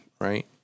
right